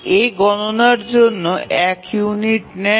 A গণনার জন্য এক ইউনিট নেয়